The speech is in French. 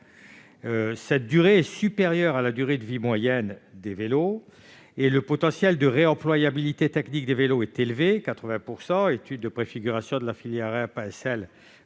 Cette durée est supérieure à la durée de vie moyenne des vélos, et le potentiel de réemployabilité technique des vélos est élevé- 80 %, selon l'étude de préfiguration de la filière REP-ASL,